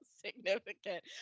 significant